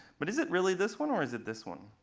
but is it really this one, or is it this one.